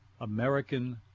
american